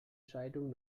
scheidung